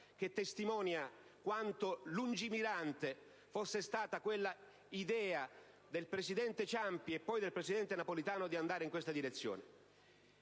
che testimonia quanto lungimirante fosse stata l'idea del presidente Ciampi e poi del presidente Napolitano di andare in questa direzione.